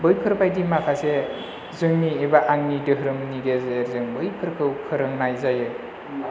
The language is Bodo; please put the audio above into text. बैफोर बाइदि माखासे जोंनि एबा आंनि धोरोमनि गेजेरजों बैफोरखौ फोरोंनाय जायो